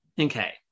Okay